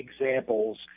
examples